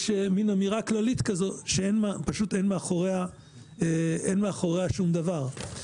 איזושהי מין אמירה כזאת שאין מאחוריה שום דבר.